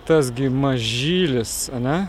tas gi mažylis ane